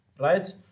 right